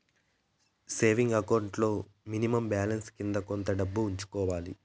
saving account లో minimum balance కింద కొంతైనా డబ్బు ఉంచుకోవాలి